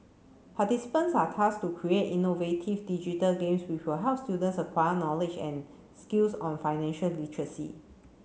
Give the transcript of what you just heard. participants are tasked to create innovative digital games will help students acquire knowledge and skills on financial literacy